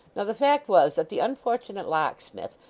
now, the fact was, that the unfortunate locksmith,